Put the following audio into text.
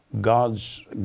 God's